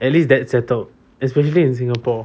at least that's settled especially in singapore